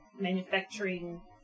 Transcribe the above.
manufacturing